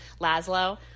Laszlo